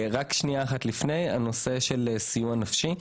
שנייה אחת לפני, הנושא של סיוע נפשי.